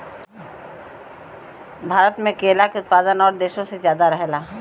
भारत मे केला के उत्पादन और देशो से ज्यादा रहल बा